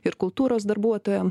ir kultūros darbuotojam